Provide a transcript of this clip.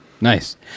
Nice